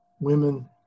Women